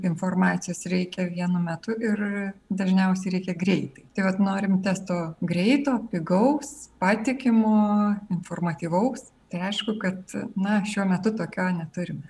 informacijos reikia vienu metu ir dažniausiai reikia greitai vai tav norim testo greito pigaus patikimo informatyvaus tai aišku kad na šiuo metu tokio neturime